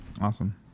Awesome